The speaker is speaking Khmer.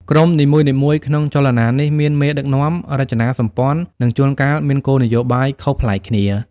ក្រុមនីមួយៗក្នុងចលនានេះមានមេដឹកនាំ រចនាសម្ព័ន្ធ និងជួនកាលមានគោលនយោបាយខុសប្លែកគ្នា។